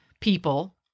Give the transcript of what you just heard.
people